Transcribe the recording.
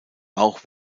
auch